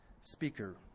speaker